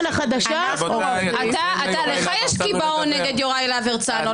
לך יש קיבעון נגד יוראי להב הרצנו.